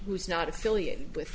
who's not affiliated with